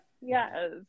yes